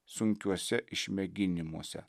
sunkiuose išmėginimuose